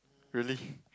really